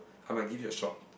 I might give it a shot